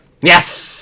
Yes